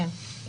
נכון.